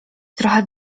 trochę